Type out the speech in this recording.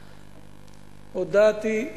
הודעתי,